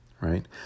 right